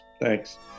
Thanks